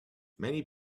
many